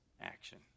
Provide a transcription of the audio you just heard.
action